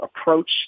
approach